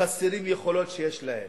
חסרות יכולות שיש להם.